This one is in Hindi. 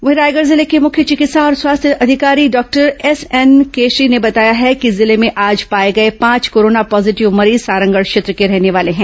वहीं रायगढ़ जिले के मुख्य चिकित्सा और स्वास्थ्य अधिकारी डॉक्टर एसएन केशरी ने बताया है कि जिले में आज पाए गए पांच कोरोना पॉजीटिव मरीज सारंगढ़ क्षेत्र के रहने वाले हैं